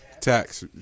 tax